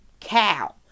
cow